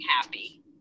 happy